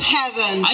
heaven